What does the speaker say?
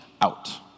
out